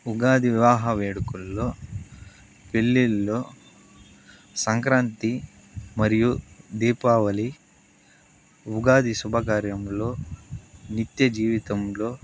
ఉగాది వివాహ వేడుకుల్లో పెళ్ళిళ్ళో సంక్రాంతి మరియు దీపావళి ఉగాది శుభకార్యంలో నిత్యజీవితంలో